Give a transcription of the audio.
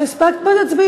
לא הספקתי להצביע.